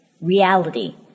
Reality